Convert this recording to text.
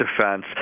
defense